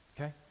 okay